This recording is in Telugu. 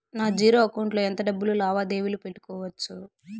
నా జీరో అకౌంట్ లో ఎంత డబ్బులు లావాదేవీలు పెట్టుకోవచ్చు?